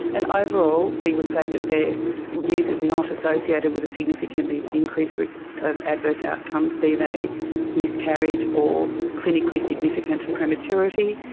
and overall we would say that their use is not associated with a significantly increased risk of adverse outcomes, be they miscarriage or clinically significant prematurity,